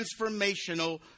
transformational